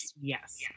Yes